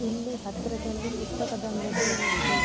ಇಲ್ಲಿ ಹತ್ತಿರದಲ್ಲಿ ಪುಸ್ತಕದಂಗಡಿ ಎಲ್ಲಿದೆ